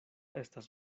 estas